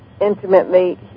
intimately